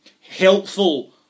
helpful